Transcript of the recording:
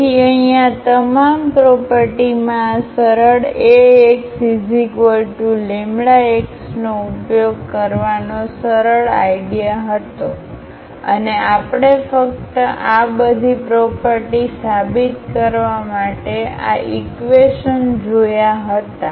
તેથી અહીં આ તમામ પ્રોપર્ટી માં આ સરળ Axλx નો ઉપયોગ કરવાનો સરળ આઇડીયા હતો અને આપણે ફક્ત આ બધી પ્રોપર્ટી સાબિત કરવા માટે આ ઈક્વેશન જોયા હતા